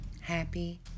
happy